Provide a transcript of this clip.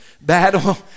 battle